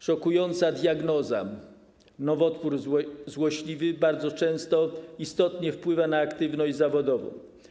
Szokująca diagnoza: nowotwór złośliwy bardzo często istotnie wpływa na aktywność zawodową.